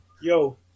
Yo